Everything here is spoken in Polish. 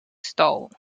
stołu